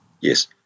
Yes